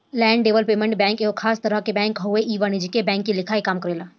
land development bank एगो खास तरह के बैंक हवे आ इ अवाणिज्यिक बैंक के लेखा काम करेला